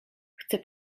chcę